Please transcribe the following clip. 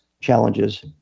challenges